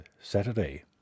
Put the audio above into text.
Saturday